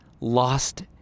lost